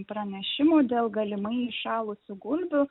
pranešimų dėl galimai įšalusių gulbių